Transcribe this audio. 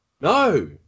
no